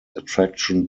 attraction